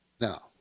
Now